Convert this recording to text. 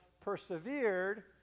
persevered